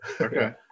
Okay